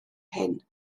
hyn